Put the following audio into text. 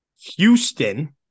Houston